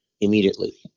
immediately